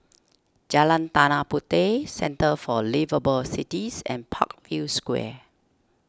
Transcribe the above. Jalan Tanah Puteh Centre for Liveable Cities and Parkview Square